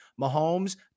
Mahomes